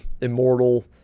immortal